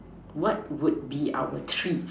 what would be our treat